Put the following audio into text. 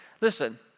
Listen